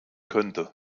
könnte